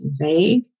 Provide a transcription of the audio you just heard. vague